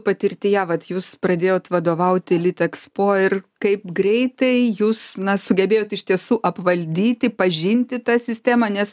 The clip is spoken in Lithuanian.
patirtyje vat j ūs pradėjot vadovauti litexpo ir kaip greitai jūs na sugebėjote iš tiesų apvaldyti pažinti tą sistemą nes